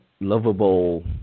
lovable